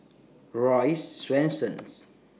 Royce Swensens